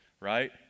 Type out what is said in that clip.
Right